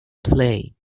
play